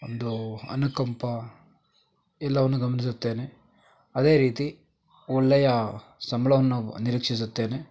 ಒಂದು ಅನುಕಂಪ ಎಲ್ಲವನ್ನು ಗಮನಿಸುತ್ತೇನೆ ಅದೇ ರೀತಿ ಒಳ್ಳೆಯ ಸಂಬಳವನ್ನು ನಿರೀಕ್ಷಿಸುತ್ತೇನೆ